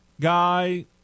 guy